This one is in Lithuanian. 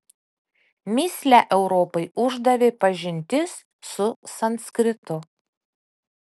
mįslę europai uždavė pažintis su sanskritu